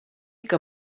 que